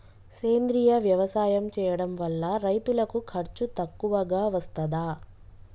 సేంద్రీయ వ్యవసాయం చేయడం వల్ల రైతులకు ఖర్చు తక్కువగా వస్తదా?